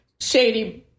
shady